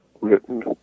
written